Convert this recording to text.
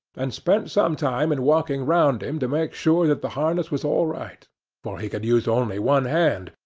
and spent some time in walking round him to make sure that the harness was all right for he could use only one hand,